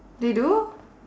they do